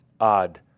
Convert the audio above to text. odd